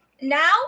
Now